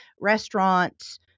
restaurants